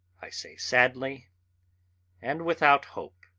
i say sadly and without hope,